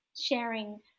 sharing